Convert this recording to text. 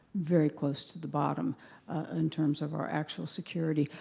very close to the bottom in terms of our actual security.